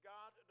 God